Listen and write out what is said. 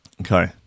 Okay